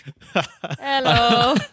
Hello